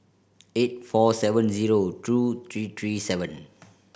eight four seven zero two three three seven